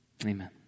Amen